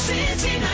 City